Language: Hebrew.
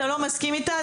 אם אתה לא מסכים איתה,